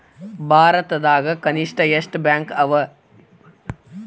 ಭಾರತದಾಗ ಕನಿಷ್ಠ ಎಷ್ಟ್ ಬ್ಯಾಂಕ್ ಅವ?